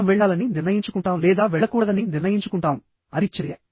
మనం వెళ్లాలని నిర్ణయించుకుంటాం లేదా వెళ్లకూడదని నిర్ణయించుకుంటాం అది చర్య